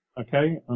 Okay